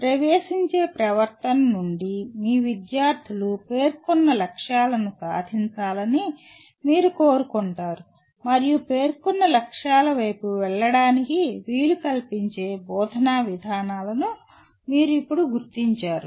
ప్రవేశించే ప్రవర్తన నుండి మీ విద్యార్థులు పేర్కొన్న లక్ష్యాలను సాధించాలని మీరు కోరుకుంటారు మరియు పేర్కొన్న లక్ష్యాల వైపు వెళ్ళడానికి వీలు కల్పించే బోధనా విధానాలను మీరు ఇప్పుడు గుర్తించారు